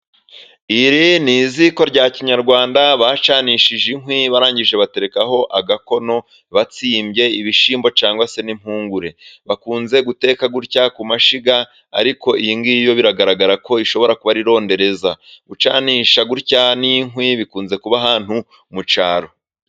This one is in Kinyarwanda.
Iri ni iziko rya kinyarwanda, bacanishije inkwi barangije baterekaho agakono batsimbye ibishyimbo, cyangwa se n'impungure. Bakunze guteka gutya ku mashyiga, ariko iyingiyi yo biragaragara ko ishobora kuba ari rondereza. Gucanisha gutya n'inkwi bikunze kuba ahantu mu cyaro.